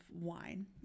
wine